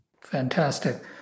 Fantastic